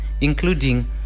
including